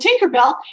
Tinkerbell